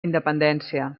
independència